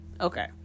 Okay